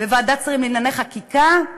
בוועדת שרים לענייני חקיקה,